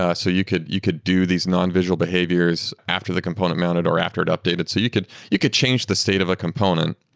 ah so you could you could do these non-visual behaviors after the component mounted, or after it updated. so you could you could change the state of a component.